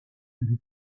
lui